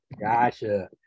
gotcha